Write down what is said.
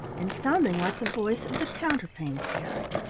and sounding like the voice of the counterpane fairy